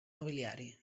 nobiliari